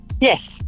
Yes